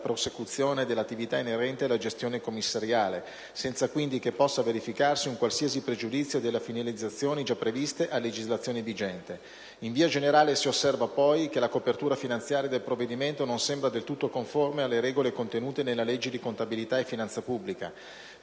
prosecuzione delle attività inerenti la gestione commissariale, senza quindi che possa verificarsi un qualsiasi pregiudizio delle finalizzazioni già previste a legislazione vigente; in via generale, si osserva, poi, che la copertura finanziaria del provvedimento non sembra del tutto conforme alle regole contenute nella legge di contabilità e finanza pubblica.